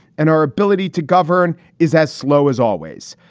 and our ability to govern is as slow as always,